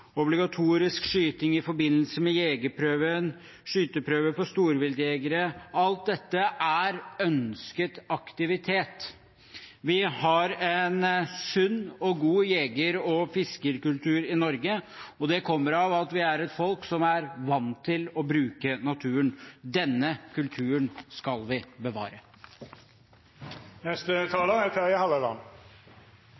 obligatorisk skyting i forbindelse med jegerprøven, skyteprøve for storviltjegere – alt dette er ønsket aktivitet. Vi har en sunn og god jeger- og fiskerkultur i Norge, og det kommer av at vi er et folk som er vant til å bruke naturen. Denne kulturen skal vi